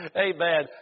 Amen